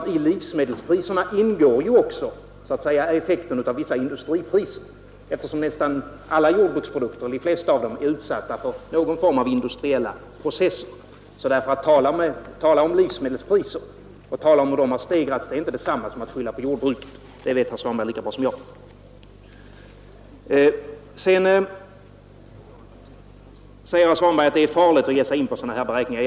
I livsmedelspriserna ingår nämligen också effekten av vissa industripriser, eftersom nästan alla eller i varje fall de flesta jordbruksprodukter är utsatta för någon form av industriella processer. Att tala om livsmedelspriser och hur de har stegrats är inte detsamma som att skylla på jordbruket. Det vet herr Svanberg lika bra som jag. Sedan sade herr Svanberg att det är farligt att ge sig in på sådana här beräkningar.